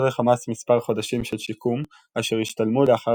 איפשר לחמאס מספר חודשים של שיקום אשר השתלמו לאחר